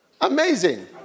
Amazing